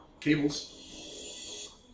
cables